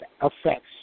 affects